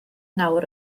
nawr